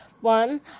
one